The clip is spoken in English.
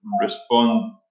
respond